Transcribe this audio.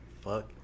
fuck